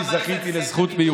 בוא נעשה בדיקה מי